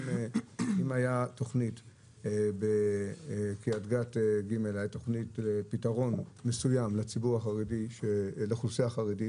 אם הייתה תוכנית בקריית גת ג' לפתרון מסוים לאוכלוסייה החרדית